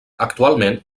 actualment